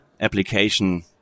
application